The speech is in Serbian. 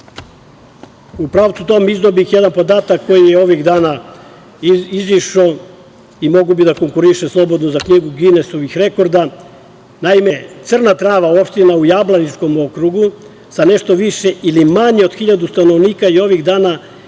pravcu izneo bih jedan podatak koji je ovih dana izašao i mogao bi da konkuriše slobodno za knjigu „Ginisovih rekorda“. Naime Crna Trava, opština u Jablaničkom okrugu sa nešto više ili manje od 1.000 stanovnika je ovih dana na